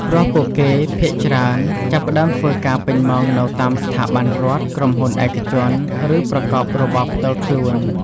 ព្រោះពួកគេភាគច្រើនចាប់ផ្តើម ធ្វើការងារពេញម៉ោង នៅតាមស្ថាប័នរដ្ឋ ក្រុមហ៊ុនឯកជន ឬប្រកបរបរផ្ទាល់ខ្លួន។